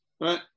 right